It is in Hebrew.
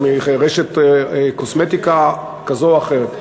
או מרשת קוסמטיקה כזאת לאחרת.